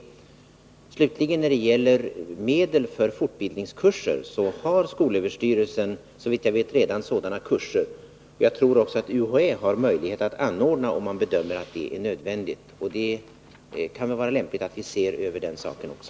Vad slutligen gäller frågan om medel för fortbildningskurser har skolöverstyrelsen såvitt jag vet redan sådana kurser, och jag tror att också UHÄ har möjlighet att anordna sådana om man bedömer att det är nödvändigt. Men det kan vara lämpligt att vi ser över den saken också.